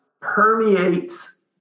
permeates